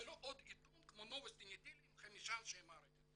הוא לא עוד עיתון כמו נובוסטי נידיליי עם חמישה אנשי מערכת.